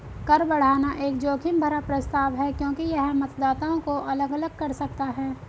कर बढ़ाना एक जोखिम भरा प्रस्ताव है क्योंकि यह मतदाताओं को अलग अलग कर सकता है